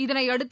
இதனையடுத்து